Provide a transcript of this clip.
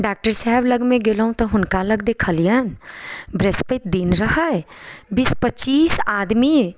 doctor साहब लगमे गेलहुँ तऽ हुनका लग देखलिअनि बृहस्पति दिन रहै बीस पच्चीस आदमी